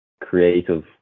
creative